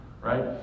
right